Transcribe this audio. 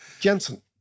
Jensen